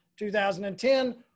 2010